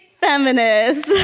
feminist